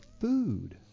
food